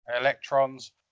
electrons